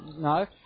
no